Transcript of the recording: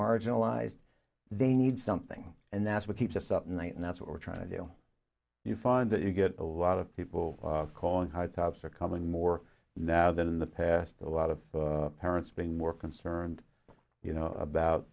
marginalized they need something and that's what keeps us up night and that's what we're trying to do you find that you get a lot of people call in high tops are coming more now than in the past a lot of parents being more concerned you know about